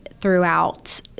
throughout